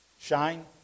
Shine